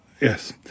yes